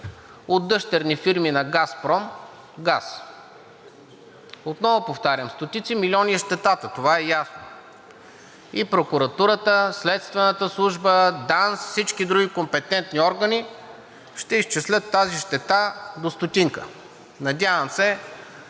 от дъщерни фирми на „Газпром“. Отново повтарям, стотици милиони е щетата, това е ясно. И прокуратурата, Следствената служба, ДАНС, всички други компетентни органи ще изчислят тази щета до стотинка. Надявам се